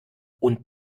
und